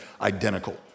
identical